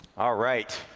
ah right,